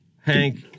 Hank